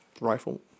rifle